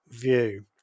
view